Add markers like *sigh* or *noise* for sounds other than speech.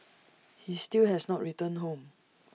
*noise* he still has not returned home